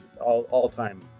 all-time